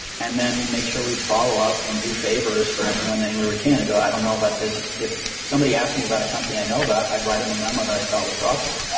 and then we made sure we'd follow up and do favors for anyone, anywhere we can. i go, i don't know about this. if somebody asked me about a company i know about, i'd write them a memo that i thought was thoughtful,